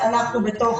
אנחנו בתוך